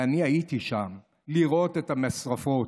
ואני הייתי שם, לראות את המשרפות,